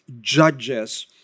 judges